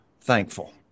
thankful